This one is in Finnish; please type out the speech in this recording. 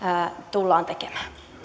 tullaan tekemään